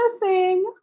missing